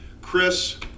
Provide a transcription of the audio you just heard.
Chris